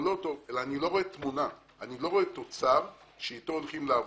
אני לא רואה תוצר שאתו הולכים לעבוד.